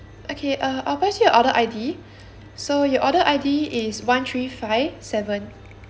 okay uh I'll pass you your order I_D so your order I_D is one three five seven